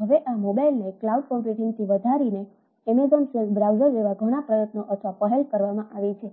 હવે આ મોબાઇલને ક્લાઉડ કમ્પ્યુટિંગથી વધારીને એમેઝોન સિલ્ક બ્રાઉઝર પર કામ કરી રહી